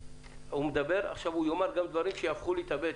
הוא מדבר והוא יאמר עכשיו גם דברים שיהפכו לי את הבטן.